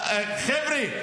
חבר'ה,